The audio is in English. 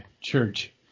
church